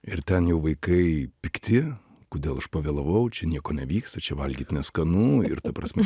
ir ten jau vaikai pikti kodėl aš pavėlavau čia nieko nevyksta čia valgyt neskanu ir ta prasme